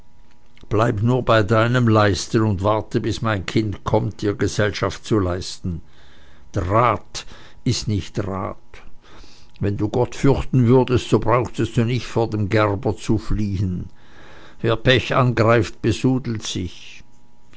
bleib nur bei deinem leisten und warte bis mein kind kommt dir gesellschaft zu leisten draht ist nicht rat wenn du gott fürchten würdest so brauchtest du nicht vor dem gerber zu fliehen wer pech angreift besudelt sich